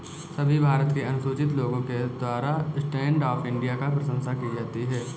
सभी भारत के अनुसूचित लोगों के द्वारा स्टैण्ड अप इंडिया की प्रशंसा की जाती है